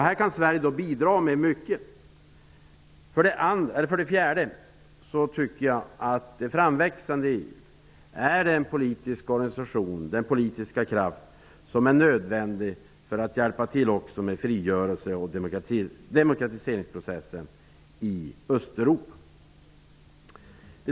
Här kan Sverige bidra med mycket. För det fjärde tycker jag att det framväxande EU är den politiska kraft som är nödvändig för att hjälpa till med frigörelsen och demokratiseringsprocessen i Östeuropa.